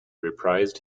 reprised